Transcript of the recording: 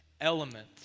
Element